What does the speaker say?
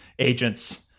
agents